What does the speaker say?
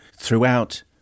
throughout